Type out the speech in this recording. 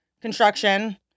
construction